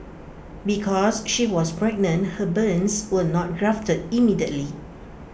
because she was pregnant her burns were not grafted immediately